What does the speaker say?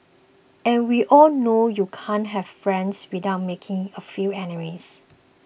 and we all know you can't have friends without making a few enemies